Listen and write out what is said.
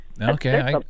Okay